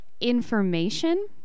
information